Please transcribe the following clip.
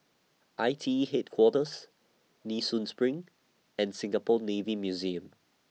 I T E Headquarters Nee Soon SPRING and Singapore Navy Museum